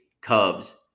Cubs